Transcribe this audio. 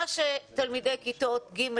מה שתלמידי כיתות ג',